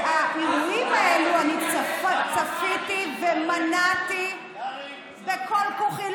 את האירועים האלה אני צפיתי, ומנעתי בכל כוחי.